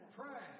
pray